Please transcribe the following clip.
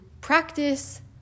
practice